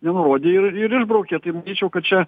nenurodė ir ir išbraukė tai manyčiau kad čia